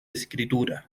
escritura